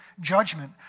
Judgment